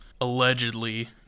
allegedly